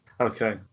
Okay